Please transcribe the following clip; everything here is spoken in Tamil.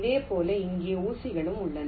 இதேபோல் இங்கே ஊசிகளும் உள்ளன